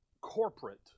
corporate